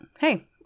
hey